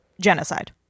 genocide